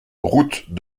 route